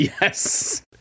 Yes